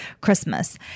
Christmas